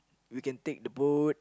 we can take the boat